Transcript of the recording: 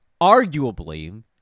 arguably